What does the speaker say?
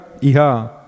iha